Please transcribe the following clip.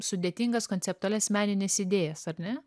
sudėtingas konceptualias menines idėjas ar ne